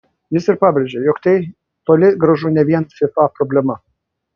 jis ir pabrėžė jog tai toli gražu ne vien fifa problema